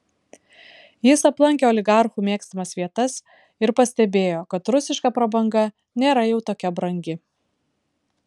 jis aplankė oligarchų mėgstamas vietas ir pastebėjo kad rusiška prabanga nėra jau tokia brangi